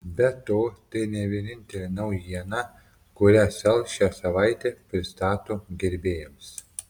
be to tai ne vienintelė naujiena kurią sel šią savaitę pristato gerbėjams